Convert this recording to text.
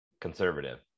conservative